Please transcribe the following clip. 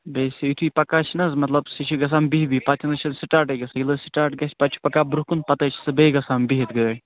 بیٚیہِ چھِ یُتھٕے پَکان چھِنَہ حظ مطلب سُہ چھِ گَژھان بیٚہۍ بیٚہۍ پتہٕ چھِنہٕ سُہ سِٹاٹٕے گَژھن ییٚلہِ حظ سِٹاٹ گَژھہِ پتہِ چھِ پَکان برۄنٛہہ کُن پتہٕ حظ چھِ سۄ بیٚیہِ گَژھان بِہتھ گٲڑ